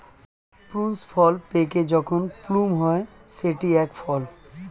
prunes ফল পেকে যখন প্লুম হয় সেটি এক ফল